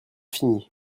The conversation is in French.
fini